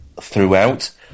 throughout